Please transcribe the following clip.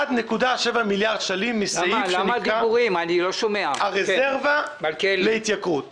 1.7 מיליארד שקלים מסעיף שנקרא הרזרבה להתייקרות.